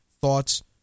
thoughts